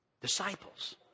Disciples